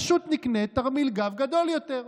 פשוט נקנה תרמיל גב גדול יותר.